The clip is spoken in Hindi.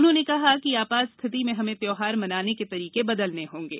उन्होंने कहा है कि आपात स्थिति में हमें त्यौहार मनाने के तरीके बदलने होंगे